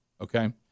Okay